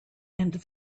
and